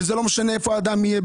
וזה לא משנה איפה האדם יהיה.